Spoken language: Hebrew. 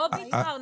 לא ויתרנו.